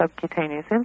subcutaneous